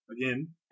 again